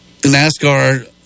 NASCAR